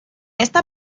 esta